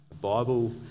Bible